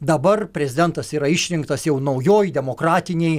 dabar prezidentas yra išrinktas jau naujoj demokratinėj